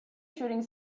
shooting